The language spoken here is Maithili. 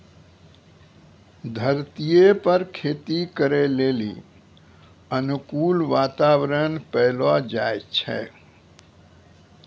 धरतीये पर खेती करै लेली अनुकूल वातावरण पैलो जाय छै